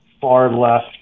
far-left